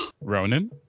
Ronan